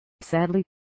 Sadly